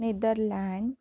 Netherlands